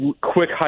quick